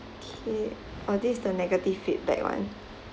okay oh this is the negative feedback [one]